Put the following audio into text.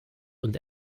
und